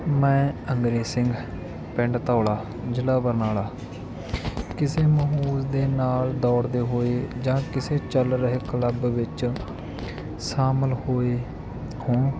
ਮੈਂ ਅੰਗਰੇਜ ਸਿੰਘ ਪਿੰਡ ਧੌਲਾ ਜ਼ਿਲ੍ਹਾ ਬਰਨਾਲਾ ਕਿਸੇ ਮੌਜ ਦੇ ਨਾਲ ਦੌੜਦੇ ਹੋਏ ਜਾਂ ਕਿਸੇ ਚੱਲ ਰਹੇ ਕਲੱਬ ਵਿੱਚ ਸ਼ਾਮਲ ਹੋਏ ਹੋਣ